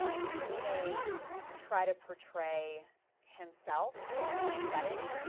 he may try to betray himself in this setting.